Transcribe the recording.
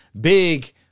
big